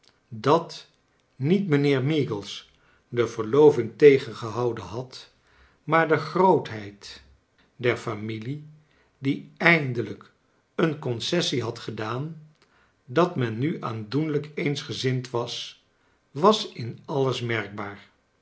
dat niet mijnheer meagles de verloving tegengehouden had maar de grootheid der familie die eindelijk een concessie had gedaan dat men nu aandoenlijk eensgezind was was in alles merkbaar